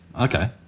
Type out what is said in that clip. Okay